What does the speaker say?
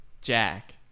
Jack